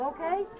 Okay